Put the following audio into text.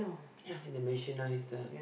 ya they mention now is the